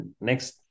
next